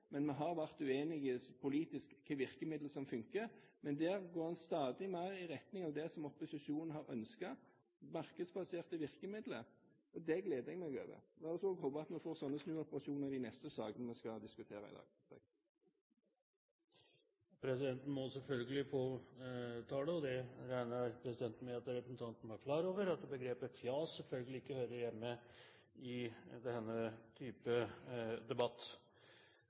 men vi har vært politisk uenige om hvilke virkemidler som funker, men der går en stadig mer i retning av det som opposisjonen har ønsket, nemlig markedsbaserte virkemidler. Det gleder jeg meg over. La oss håpe at vi får slike snuoperasjoner også i de neste sakene vi skal diskutere i dag. Presidenten må selvfølgelig påtale – og det regner presidenten med at representanten var klar over – at begrepet «fjas» ikke hører hjemme i denne type debatt.